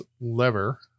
lever